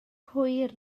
hwyr